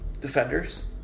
defenders